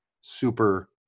super